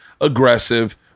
aggressive